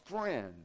friend